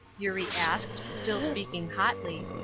eurie asked, still speaking hotly.